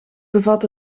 bevat